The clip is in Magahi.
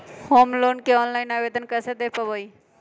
होम लोन के ऑनलाइन आवेदन कैसे दें पवई?